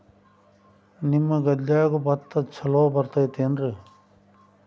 ನಿಮ್ಮ ಗದ್ಯಾಗ ಭತ್ತ ಛಲೋ ಬರ್ತೇತೇನ್ರಿ?